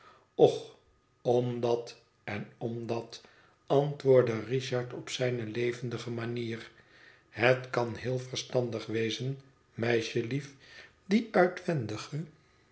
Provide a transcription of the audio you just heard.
och omdat en omdat antwoordde richard op zijne levendige manier het kan heel verstandig wezen meisjelief die